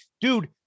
dude